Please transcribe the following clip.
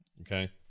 Okay